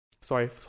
sorry